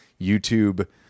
YouTube